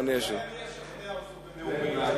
אולי אני אשכנע אותו בנאומי.